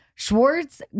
Schwartz